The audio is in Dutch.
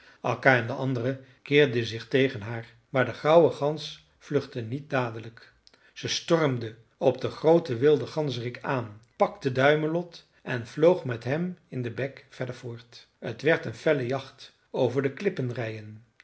en de anderen keerden zich tegen haar maar de grauwe gans vluchtte niet dadelijk zij stormde op den grooten witten ganzerik aan pakte duimelot en vloog met hem in den bek verder voort t werd een felle jacht over de klippenrijen